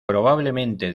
probablemente